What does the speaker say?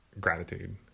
gratitude